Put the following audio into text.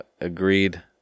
agreed